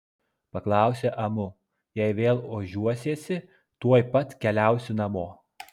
paklausė amu jei vėl ožiuosiesi tuoj pat keliausi namo